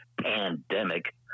pandemic